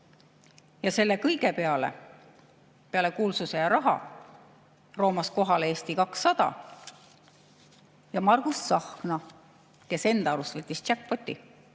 Ja selle kõige peale, peale kuulsuse ja raha, roomas kohale Eesti 200 ja Margus Tsahkna, kes enda arust võitisjackpot'i,